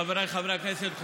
חבריי חברי הכנסת,